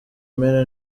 imena